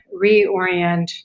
reorient